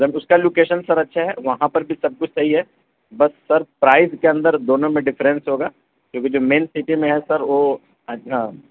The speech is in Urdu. سر اس کا لوکیشن سر اچھا ہے وہاں پر بھی سب کچھ صحیح ہے بس سر پرائس کے اندر دونوں میں ڈفرینس ہوگا کیونکہ جو مین سٹی میں ہے سر وہ اچھا